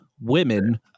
women